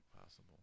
possible